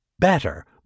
better